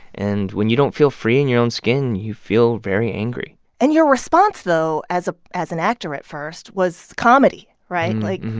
and when you don't feel free and your own skin, you feel very angry and your response, though, as ah as an actor at first was comedy. right? like,